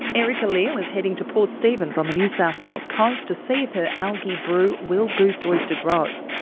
erica leal is heading to port stephens on the new south wales coast to see if her algae brew will boost oyster growth.